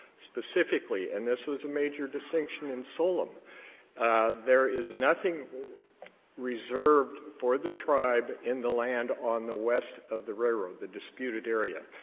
specifically and this is a major distinction in solem there is nothing reserved for the tribe in the land on the west of the railroad, the disputed area.